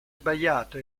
sbagliato